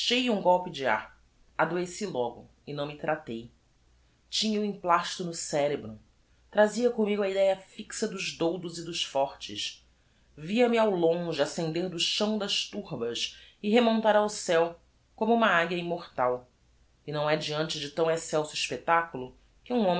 cheio um golpe de ar adoeci logo e não me tratei tinha o emplasto no cerebro trazia commigo a idéa fixa dos doudos e dos fortes via-me ao longe ascender do chão das turbas e remontar ao ceu como uma aguia immortal e não é deante de tão excelso expectaculo que um